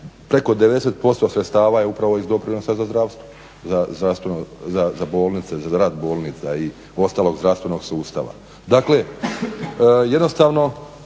preko 90% sredstava je upravo iz doprinosa za zdravstvo, za bolnice, za rad bolnica i ostalog zdravstvenog sustava. Dakle, jednostavno